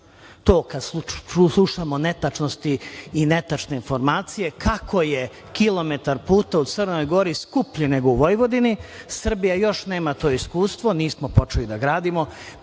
To kada slušamo netačnosti i netačne informacije kako je kilometar puta u Crnoj Gori skuplji nego u Vojvodini, Srbija još nema to iskustvo, nismo počeli da gradimo